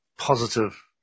positive